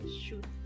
shoot